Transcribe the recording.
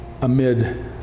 amid